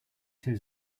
hears